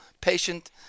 patient